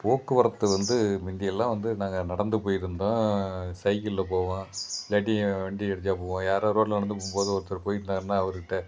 போக்குவரத்து வந்து முந்தியெல்லாம் வந்து நாங்கள்நடந்து போயிகிட்டுருந்தோம் சைக்கிளில் போவோம் இல்லாட்டி வண்டி கிடச்சா போவோம் யாரோ ரோட்டில் நடந்து போகும்போது ஒருத்தர் போய்கிட்டுருந்தாருன்னா அவர்க்கிட்ட